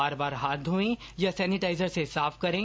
बार बार हाथ धोएं या सेनेटाइजर से साफ करें